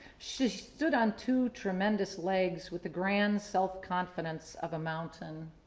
she stood on two tremendous legs with the grand self-confidence of a mountain.